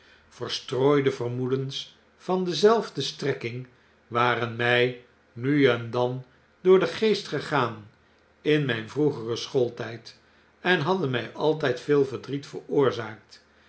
verstrooide vermoedens van dezelfde streaking waren my nu en dan door den geest gegaan in myn vroegeren schooltijd en hadden my altyd veel verdriet veroorzaakt